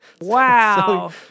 Wow